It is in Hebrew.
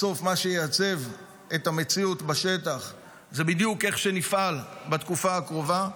בסוף מה שיעצב את המציאות בשטח זה בדיוק איך שנפעל בתקופה הקרובה,